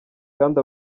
kandi